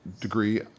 degree